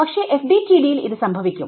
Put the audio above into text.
പക്ഷെ FDTD യിൽ ഇത് സംഭവിക്കും